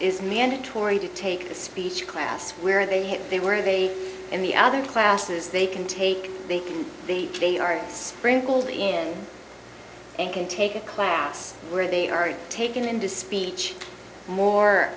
is mandatory to take a speech class where they they were they and the other classes they can take the they are sprinkled in and can take a class where they are taken into speech more